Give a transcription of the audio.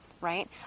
right